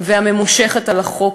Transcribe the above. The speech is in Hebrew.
והממושכת על החוק: